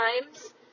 times